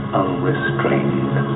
unrestrained